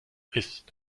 isst